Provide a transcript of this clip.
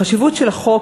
החשיבות של החוק,